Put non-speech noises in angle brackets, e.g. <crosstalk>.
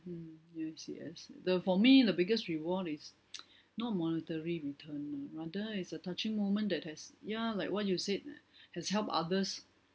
mm I see I see the for me the biggest reward is <noise> not monetary return ah rather it's a touching moment that has ya like what you said has helped others